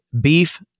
Beef